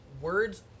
words